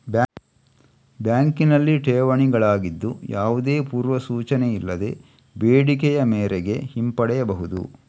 ಬ್ಯಾಂಕಿನಲ್ಲಿ ಠೇವಣಿಗಳಾಗಿದ್ದು, ಯಾವುದೇ ಪೂರ್ವ ಸೂಚನೆ ಇಲ್ಲದೆ ಬೇಡಿಕೆಯ ಮೇರೆಗೆ ಹಿಂಪಡೆಯಬಹುದು